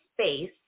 space